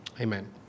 Amen